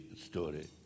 story